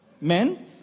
Men